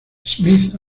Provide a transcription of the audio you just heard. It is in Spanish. smith